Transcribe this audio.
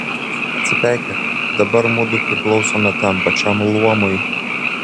atsipeikėk dabar mudu priklausome tam pačiam luomui